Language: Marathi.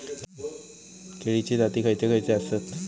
केळीचे जाती खयचे खयचे आसत?